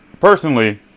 personally